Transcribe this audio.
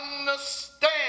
understand